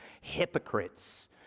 hypocrites